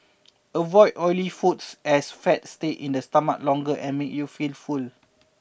avoid oily foods as fat stays in the stomach longer and makes you feel full